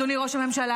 אדוני ראש הממשלה,